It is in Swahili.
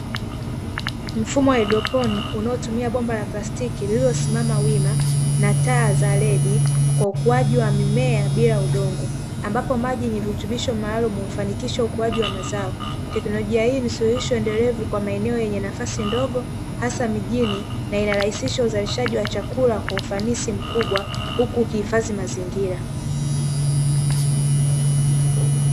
Mfumo haidroponi unaotumia bomba la plastiki lililosimama wima na taa za redi kwa ukuaji wa mimea bila udongo, ambapo maji yenye virutubisho maalum ufanikisha ukuaji wa mazao, teknolojia hii ni suluhisho endelevu kwa maeneo yenye nafasi ndogo hasa mijini na inarahisisha uzalishaji wa chakula kwa ufanisi mkubwa huku ukihifadhi mazingira.